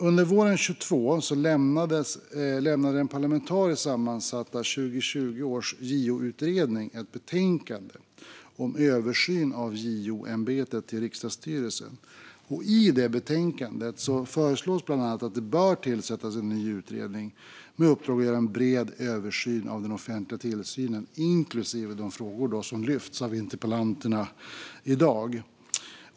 Under våren 2022 lämnade den parlamentariskt sammansatta 2020 års JO-utredning sitt betänkande om översyn av JO-ämbetet till riksdagsstyrelsen. I betänkandet föreslås bland annat att det tillsätts en ny utredning med uppdrag att göra en bred översyn av den offentliga tillsynen, inklusive de frågor som lyfts fram av interpellanterna i dag.